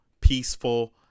peaceful